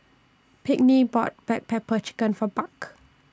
Pinkney bought Black Pepper Chicken For Buck